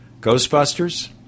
Ghostbusters